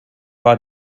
war